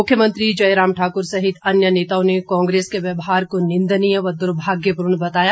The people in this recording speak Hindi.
मुख्यमंत्री जयराम ठाकुर सहित अन्य नेताओं ने कांग्रेस के व्यवहार को निंदनीय व दुर्भाग्यपूर्ण बताया